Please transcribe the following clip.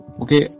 Okay